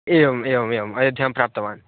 एवम् एवम् एवम् अयोध्यां प्राप्तवान्